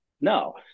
No